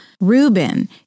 Reuben